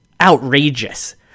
outrageous